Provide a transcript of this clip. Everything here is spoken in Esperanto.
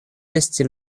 esti